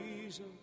Jesus